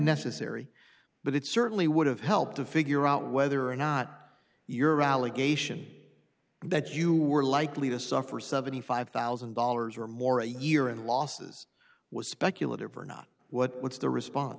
necessary but it certainly would have helped to figure out whether or not your allegation that you were likely to suffer seventy five thousand dollars or more a year in losses was speculative or not what's the response